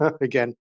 again